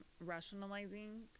rationalizing